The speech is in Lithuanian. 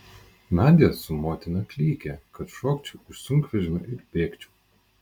nadia su motina klykė kad šokčiau iš sunkvežimio ir bėgčiau